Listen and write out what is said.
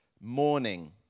morning